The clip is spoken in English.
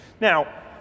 Now